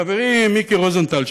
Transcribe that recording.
לחברי מיקי רוזנטל,